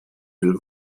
viel